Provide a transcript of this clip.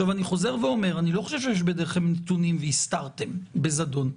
אני חוזר ואומר: אני לא חושב שיש בידיכם נתונים והסתרתם בזדון.